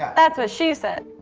that's what she said.